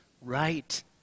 right